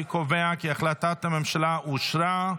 אני קובע כי החלטת הממשלה אושרה.